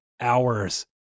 hours